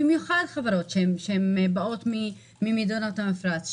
במיוחד חברות שבאות ממדינות המפרץ,